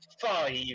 five